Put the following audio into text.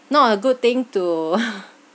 not a good thing to